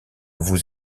vous